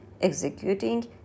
executing